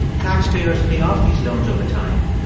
taxpayers pay off these loans over time,